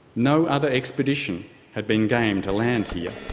no other expedition had been game to land here.